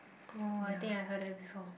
orh I think I heard that before